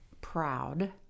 proud